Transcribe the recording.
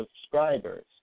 subscribers